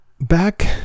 back